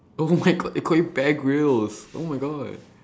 oh my god they call you bear-grylls oh my god